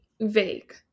vague